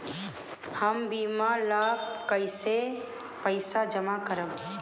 हम बीमा ला कईसे पईसा जमा करम?